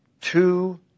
two